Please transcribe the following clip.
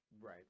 Right